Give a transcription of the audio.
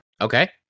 Okay